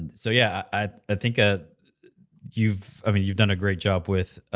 and so, yeah, i ah think, ah you've i mean, you've done a great job with,